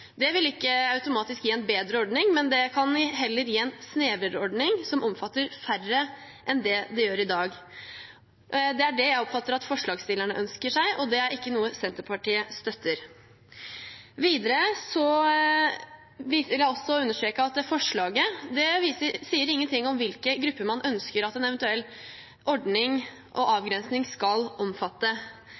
vil ikke automatisk gi en bedre ordning, men kan heller gi en snevrere ordning som omfatter færre enn den gjør i dag. Det er det jeg oppfatter at forslagsstillerne ønsker. Det er ikke noe Senterpartiet støtter. Videre vil jeg understreke at forslaget ikke sier noe om hvilke grupper man ønsker at en eventuell ordning og avgrensing skal omfatte.